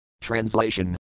Translation